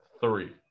Three